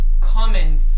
common